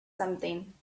something